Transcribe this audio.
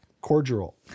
cordial